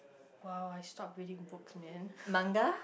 !wow! I stopped reading books man